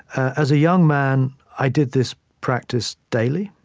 as a young man, i did this practice daily.